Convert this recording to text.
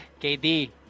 KD